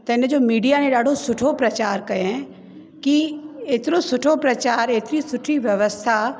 त इन जो मिडिया ने ॾाढो सुठो प्रचार कयईं की एतिरो सुठो प्रचार एतिरी सुठी व्यवस्था